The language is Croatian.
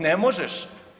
Ne možeš.